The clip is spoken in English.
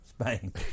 Spain